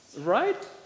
right